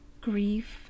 grief